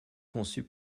conçus